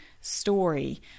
story